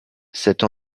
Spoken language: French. cette